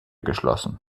geschlossen